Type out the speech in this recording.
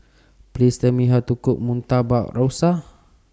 Please Tell Me How to Cook Murtabak Rusa